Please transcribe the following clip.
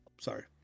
Sorry